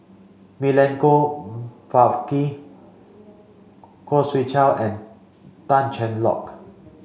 Milenko Prvacki Khoo Swee Chiow and Tan Cheng Lock